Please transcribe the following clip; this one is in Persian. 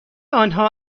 آنها